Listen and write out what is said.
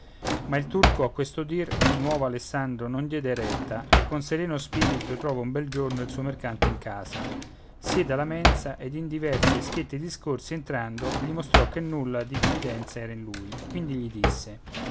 ma il turco a questo dir novo alessandro non diede retta e con sereno spirto trova un bel giorno il suo mercante in casa siede alla mensa ed in diversi e schietti discorsi entrando gli mostrò che nulla diffidenza era in lui quindi